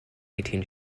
eighteen